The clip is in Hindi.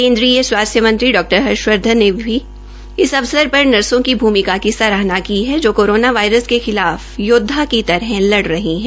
केन्द्रीय स्वास्थ्य मंत्री डॉ हर्षवर्धन ने भी इस अवसर र नर्सो की भूमिका की सराहना की हे जो कोरोना वायरस के खिलाफ योद्वा की तरह लड़ रही है